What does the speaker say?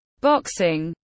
Boxing